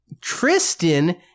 tristan